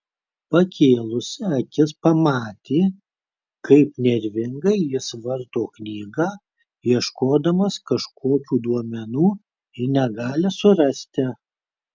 pakėlusi akis pamatė kaip nervingai jis varto knygą ieškodamas kažkokių duomenų ir negali surasti